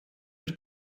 mit